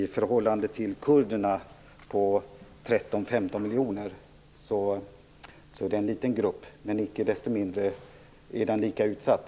I förhållande till kurderna som är 13-15 miljoner är det en liten grupp. Icke desto mindre är den lika utsatt.